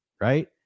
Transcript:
Right